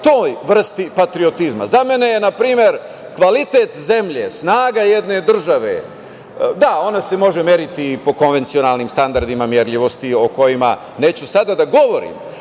toj vrsti patriotizma.Za mene je, na primer, kvalitet zemlje, snaga jedne države, da, ona se može meriti i po konvencionalnim standardima merljivositi, o kojima sada neću da govorim,